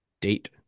date